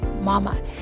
mama